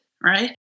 right